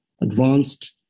advanced